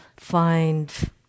Find